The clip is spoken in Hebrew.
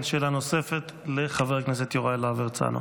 שאלה נוספת לחבר הכנסת יוראי להב הרצנו.